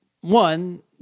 One